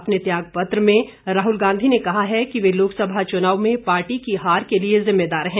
अपने त्याग पत्र में राहुल गांधी ने कहा है कि वे लोकसभा चुनाव में पार्टी की हार के लिए जिम्मेदार हैं